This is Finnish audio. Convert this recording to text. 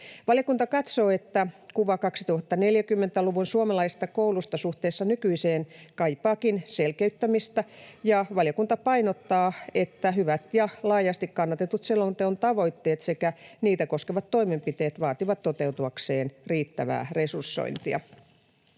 Valiokunta katsoo, että kuva 2040‑luvun suomalaisesta koulusta suhteessa nykyiseen kaipaakin selkeyttämistä, ja valiokunta painottaa, että hyvät ja laajasti kannatetut selonteon tavoitteet sekä niitä koskevat toimenpiteet vaativat toteutuakseen riittävää resursointia.